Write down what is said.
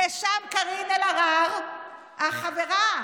ושם קארין אלהרר, החברה,